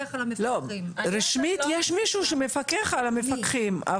רשמית יש מישהו שמפקח על המפקחים.